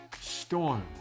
storm